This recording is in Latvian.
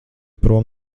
prom